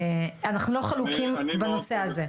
אנחנו לא חלוקים בנושא הזה.